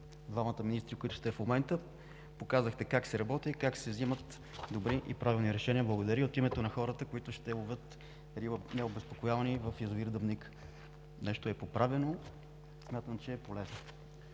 двамата министри, които сте в момента, показахте как се работи и как се взимат добри и правилни решения. Благодаря от името на хората, които необезпокоявани ще ловят риба в язовир „Дъбника“. Нещо е поправено, смятам, че е полезно.